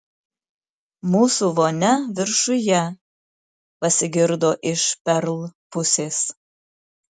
mūsų vonia viršuje pasigirdo iš perl pusės